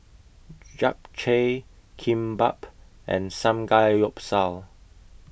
Japchae Kimbap and Samgeyopsal